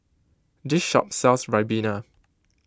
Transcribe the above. this shop sells Ribena